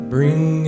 Bring